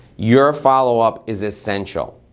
your follow-up is essential.